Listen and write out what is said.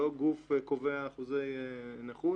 זה לא גוף קובע אחוזי נכות.